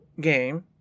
game